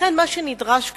לכן מה שנדרש כאן,